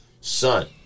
Son